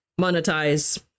monetize